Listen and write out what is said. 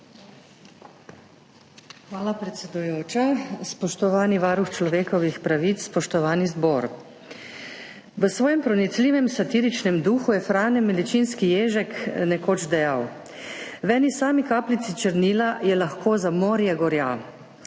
Hvala, predsedujoča. Spoštovani varuh človekovih pravic, spoštovani zbor! V svojem pronicljivem satiričnem duhu je Fran Milčinski - Ježek nekoč dejal: »V eni sami kapljici črnila je lahko za morje gorja.«